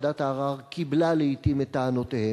וועדת הערר קיבלה לעתים את טענותיהם.